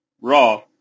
Raw